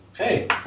Okay